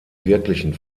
wirklichen